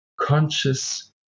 conscious